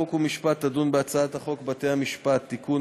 חוק ומשפט תדון בהצעת חוק בתי-המשפט (תיקון,